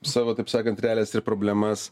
savo taip sakant realijas ir problemas